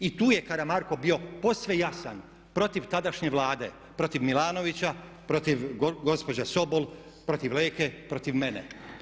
I tu je Karamarko bio posve jasan protiv tadašnje Vlade, protiv Milanovića, protiv gospođe Sobol, protiv Leke, protiv mene.